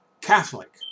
Catholic